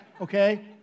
okay